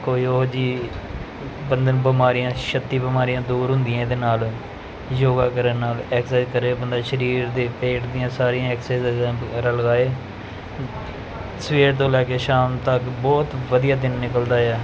ਕੋਈ ਉਹ ਜਿਹੀ ਬੰਦੇ ਨੂੰ ਬਿਮਾਰੀਆਂ ਛੱਤੀ ਬਿਮਾਰੀਆਂ ਦੂਰ ਹੁੰਦੀਆਂ ਇਹਦੇ ਨਾਲ ਯੋਗਾ ਕਰਨ ਨਾਲ ਐਕਸਰਸਾਈਜ਼ ਕਰੇ ਬੰਦਾ ਸਰੀਰ ਦੇ ਪੇਟ ਦੀਆਂ ਸਾਰੀਆਂ ਐਕਸਰਸਾਈਜ਼ਾਂ ਵਗੈਰਾ ਲਗਾਏ ਸਵੇਰ ਤੋਂ ਲੈ ਕੇ ਸ਼ਾਮ ਤੱਕ ਬਹੁਤ ਵਧੀਆ ਦਿਨ ਨਿਕਲਦਾ ਆ